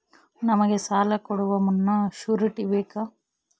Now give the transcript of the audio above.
ನಮಗೆ ಸಾಲ ಕೊಡುವ ಮುನ್ನ ಶ್ಯೂರುಟಿ ಬೇಕಾ?